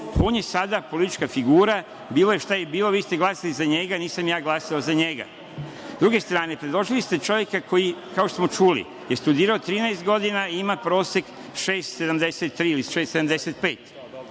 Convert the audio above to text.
On je sada politička figura. Bilo je šta je bilo, vi ste glasali za njega, nisam ja glasao za njega.S druge strane, predložili ste čoveka koji je, kao što smo čuli, studirao 13 godina i ima prosek 6,73 ili 6,75.